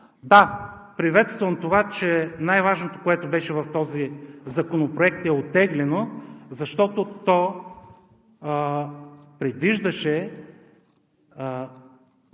Да, приветствам това, че най-важното, което беше в този законопроект, е оттеглено, защото то предвиждаше